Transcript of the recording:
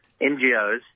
NGOs